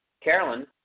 Carolyn